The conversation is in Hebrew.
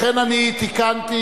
לכן, אני תיקנתי.